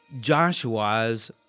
Joshua's